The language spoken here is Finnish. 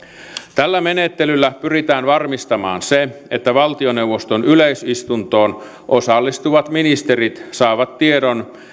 tällä menettelyllä pyritään varmistamaan se että valtioneuvoston yleisistuntoon osallistuvat ministerit saavat tiedon